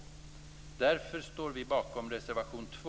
Därför står vi bakom reservation 2